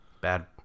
Bad